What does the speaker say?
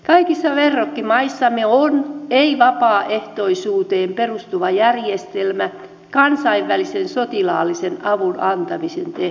kaikissa verrokkimaissamme on ei vapaaehtoisuuteen perustuva järjestelmä kansainvälisen sotilaallisen avun antamisen tehtävissä